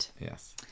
Yes